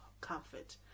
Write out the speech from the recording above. comfort